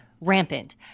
rampant